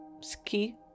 ski